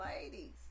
ladies